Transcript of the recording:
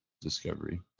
discovery